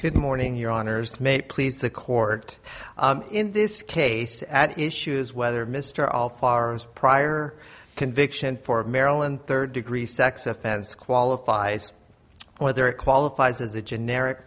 good morning your honors may please the court in this case at issues whether mr all prior conviction for maryland third degree sex offense qualifies whether it qualifies as a generic